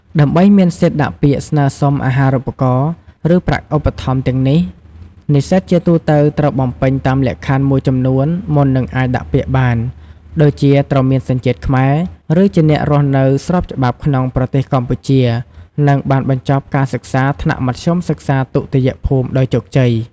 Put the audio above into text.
ដើម្បីមានសិទ្ធិដាក់ពាក្យស្នើសុំអាហារូបករណ៍ ឬប្រាក់ឧបត្ថម្ភទាំងនេះ និស្សិតជាទូទៅត្រូវបំពេញតាមលក្ខខណ្ឌមួយចំនួនមុននឹងអាចដាក់ពាក្យបាន ដូចជា ត្រូវមានសញ្ជាតិខ្មែរ ឬជាអ្នករស់នៅស្របច្បាប់ក្នុងប្រទេសកម្ពុជា និង បានបញ្ចប់ការសិក្សាថ្នាក់មធ្យមសិក្សាទុតិយភូមិដោយជោគជ័យ។